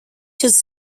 his